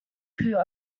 who